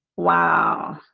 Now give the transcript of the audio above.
wow